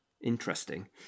interesting